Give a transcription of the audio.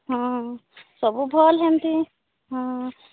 ହୁଁ ସବୁ ଭଲ ହେମିତି ହଁ